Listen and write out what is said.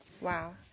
Wow